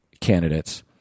candidates